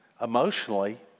emotionally